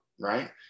right